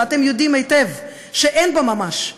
ואתם יודעים היטב שאין בה ממש,